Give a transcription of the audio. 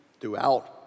throughout